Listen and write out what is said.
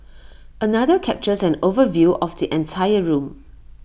another captures an overview of the entire room